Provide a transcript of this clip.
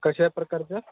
कशा प्रकारचं